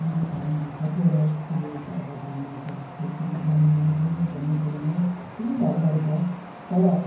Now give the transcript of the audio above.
अरू धर्महरू कतिवटा कुरो त अब धर्महरू त खै त्यति जानिँदैन पनि भन्नु पनि सकिँदैन पनि थुप्रो धर्महरू छ तर